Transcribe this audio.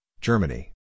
Germany